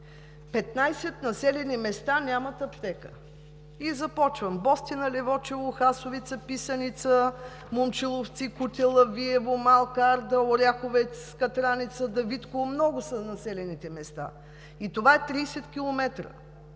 15 населени места нямат аптека, и започвам: Бостина, Ливочево, Хасовица, Писаница, Момчиловци, Кутела, Виево, Малка Арда, Оряховец, Катраница, Давидково, много са населените места, и това са 30 км!